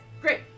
Great